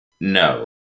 No